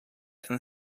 and